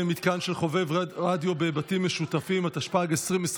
מתקן של חובב רדיו בבתים משותפים) התשפ"ג 2023,